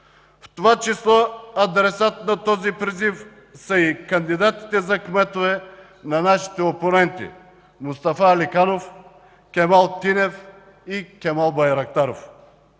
В това число адресат на този призив са и кандидатите за кметове на нашите опоненти – Мустафа Аликанов, Кемал Кинев и Кемал Байрактаров.